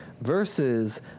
versus